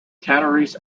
tanneries